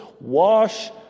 Wash